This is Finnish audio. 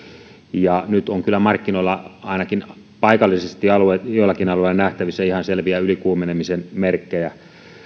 ja nyt on kyllä markkinoilla ainakin paikallisesti joillakin alueilla nähtävissä ihan selviä ylikuumenemisen merkkejä